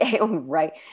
Right